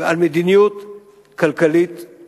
ועל מדיניות כלכלית-חברתית.